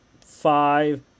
five